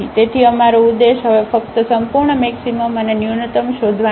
તેથી અમારું ઉદ્દેશ હવે ફક્ત સંપૂર્ણ મેક્સિમમ અને ન્યૂનતમ શોધવાનું છે